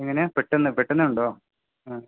എങ്ങനെയാണ് പെട്ടന്ന് പെട്ടെന്നുണ്ടോ ആ